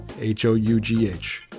H-O-U-G-H